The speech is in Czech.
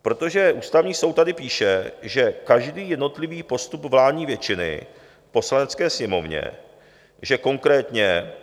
Protože Ústavní soud tady píše, že každý jednotlivý postup vládní většiny v Poslanecké sněmovně, že konkrétně...